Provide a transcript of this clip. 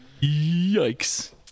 Yikes